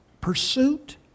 pursuit